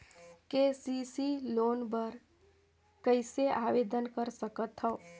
KCC loan बर कइसे आवेदन कर सकथव?